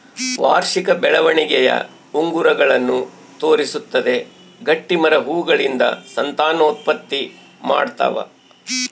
ವಾರ್ಷಿಕ ಬೆಳವಣಿಗೆಯ ಉಂಗುರಗಳನ್ನು ತೋರಿಸುತ್ತದೆ ಗಟ್ಟಿಮರ ಹೂಗಳಿಂದ ಸಂತಾನೋತ್ಪತ್ತಿ ಮಾಡ್ತಾವ